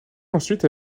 ensuite